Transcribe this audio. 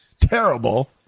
terrible